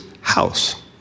house